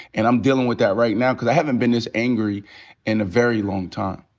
and i'm dealin' with that right now, cause i haven't been this angry in a very long time.